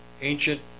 Ancient